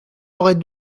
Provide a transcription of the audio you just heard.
aurait